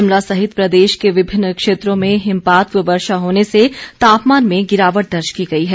शिमला सहित प्रदेश के विभिन्न क्षेत्रों में हिमपात व वर्षा से होने से तापमान में गिरावट दर्ज की गई है